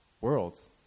worlds